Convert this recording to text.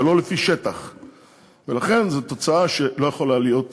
ולכן המשטרה מקיימת פעילות